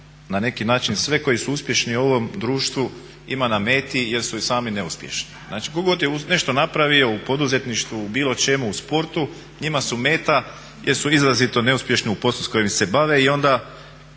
na neki način sve koji su uspješni u ovom društvu ima na meti jer su i sami neuspješni. Znači, tko god je nešto napravio u poduzetništvu, u bilo čemu, u sportu, njima su meta jer su izrazito neuspješni u poslu s kojim se bave i onda